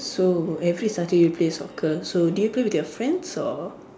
so every Saturday you play soccer so do you play with your friends or